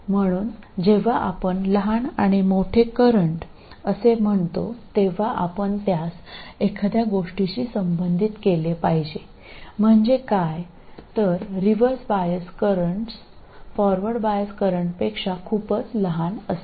म्हणून जेव्हा आपण लहान आणि मोठे करंट असे म्हणतो तेव्हा आपण त्यास एखाद्या गोष्टीशी संबंधित केले पाहिजे म्हणजे काय तर reverse bias currents forward bias करंट्सपेक्षा खूपच लहान असतात